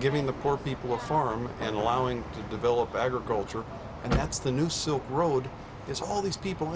giving the poor people a farm and allowing to develop agriculture and that's the new silk road is all these people